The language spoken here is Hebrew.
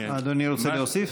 אדוני רוצה להוסיף?